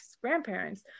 grandparents